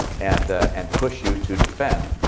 and and push you to defend